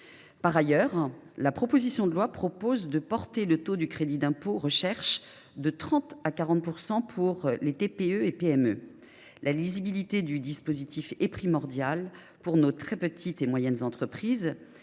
Par ailleurs, la proposition de loi tend à porter le taux du crédit d’impôt recherche de 30 % à 40 % pour les TPE PME. Or, la lisibilité de ce dispositif étant primordiale pour nos très petites, petites et moyennes entreprises,